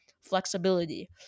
flexibility